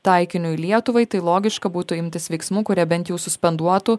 taikiniui lietuvai tai logiška būtų imtis veiksmų kurie bent jau suspenduotų